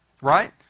Right